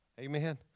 Amen